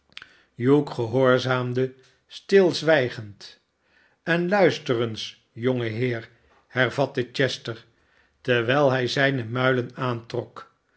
hugh gehoorzaamde stilzwijgend en luister eens jonge heer hervatte chester terwijl hij zijne muilen aantrok